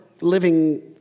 living